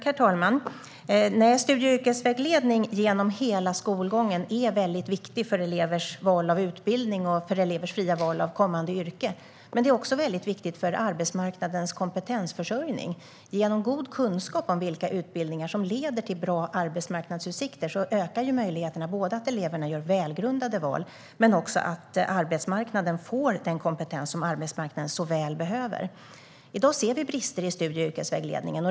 Herr talman! Studie och yrkesvägledning genom hela skolgången är väldigt viktigt för elevers val av utbildning och deras fria val av kommande yrke. Men detta är också viktigt för arbetsmarknadens kompetensförsörjning. Genom god kunskap om vilka utbildningar som leder till bra arbetsmarknadsutsikter ökar möjligheterna för både att eleverna gör välgrundade val och att arbetsmarknaden får den kompetens som den så väl behöver. I dag ser vi brister i studie och yrkesvägledningen.